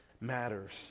matters